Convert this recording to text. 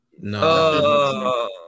No